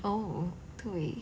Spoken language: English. oh 对